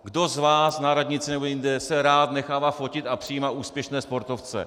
Kdo z vás na radnici nebo jinde se rád nechává fotit a přijímá úspěšné sportovce?